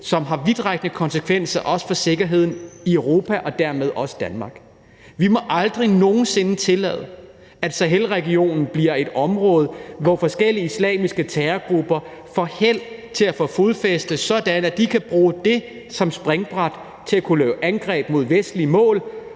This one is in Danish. også har vidtrækkende konsekvenser for sikkerheden i Europa og dermed Danmark. Vi må aldrig nogen sinde tillade, at Sahelregionen bliver et område, hvor forskellige islamiske terrorgrupper får held til at få fodfæste, sådan at de kan bruge det som springbræt til at kunne lave angreb mod vestlige mål